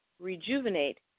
Rejuvenate